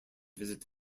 visit